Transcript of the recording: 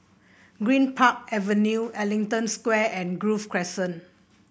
Greenpark Avenue Ellington Square and Grove Crescent